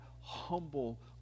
humble